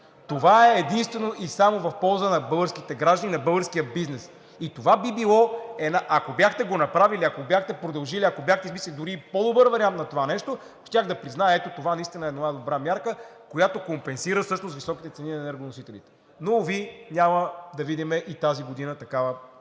това е единствено и само в полза на българските граждани, на българския бизнес. Ако бяхте го направили, ако бяхте продължили, ако бяхте измислили дори и по-добър вариант на това нещо, щях да призная: ето това наистина е една добра мярка, която компенсира всъщност високите цени на енергоносителите. Уви! Няма да видим и тази година такава